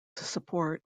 support